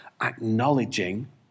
acknowledging